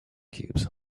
cubes